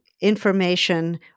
information